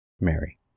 Mary